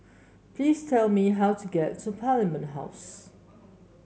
please tell me how to get to Parliament House